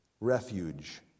refuge